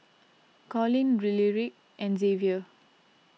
Collin Lyric and Xavier